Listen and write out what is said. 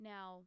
Now